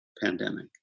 pandemic